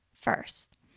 first